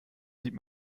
sieht